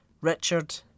Richard